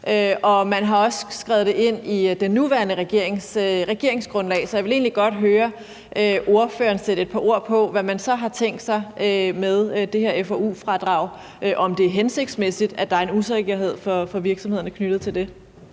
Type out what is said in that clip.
og man har også skrevet det ind i det nuværende regeringsgrundlag, så jeg vil egentlig godt høre ordføreren sætte et par ord på, hvad man så har tænkt sig med det her F&U-fradrag, og om det er hensigtsmæssigt, at der er en usikkerhed for virksomhederne med hensyn til det.